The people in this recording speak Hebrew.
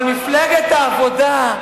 אבל, מפלגת העבודה,